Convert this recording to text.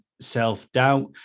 self-doubt